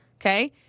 Okay